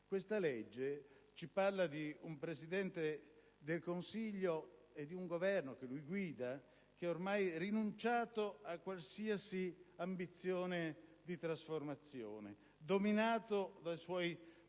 Questa legge ci parla di un Presidente del Consiglio e di un Governo che lui guida che hanno ormai rinunciato a qualsiasi ambizione di trasformazione, dominati dai